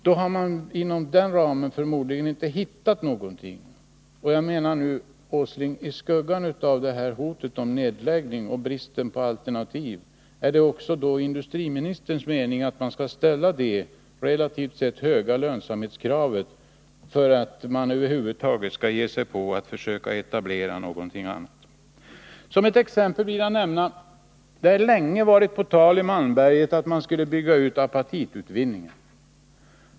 Inom den ramen har man förmodligen inte hittat någonting. I skuggan av hotet om nedläggning och bristen på alternativ, är det då också industriministerns mening att man skall ställa det relativt sett höga lönsamhetskravet för att man över huvud taget skall satsa på att försöka etablera någonting annat? Som exempel vill jag nämna att det länge har varit på tal i Malmberget att bygga ut apatitutvinningen.